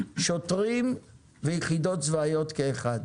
שוטרים ויחידות צבאיות כאחד.